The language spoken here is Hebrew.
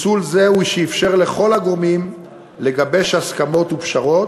פיצול זה הוא שאפשר לכל הגורמים לגבש הסכמות ופשרות,